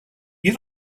you